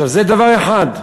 זה דבר אחד.